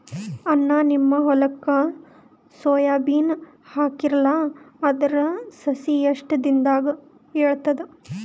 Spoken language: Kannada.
ಅಣ್ಣಾ, ನಿಮ್ಮ ಹೊಲಕ್ಕ ಸೋಯ ಬೀನ ಹಾಕೀರಲಾ, ಅದರ ಸಸಿ ಎಷ್ಟ ದಿಂದಾಗ ಏಳತದ?